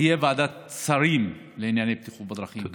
שתהיה ועדת שרים לענייני בטיחות בדרכים.